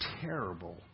terrible